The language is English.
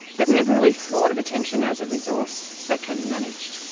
they never really thought of attention as a resource that can be managed.